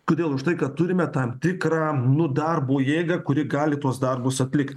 kodėl už tai kad turime tą tikrą nu darbo jėgą kuri gali tuos darbus atlikti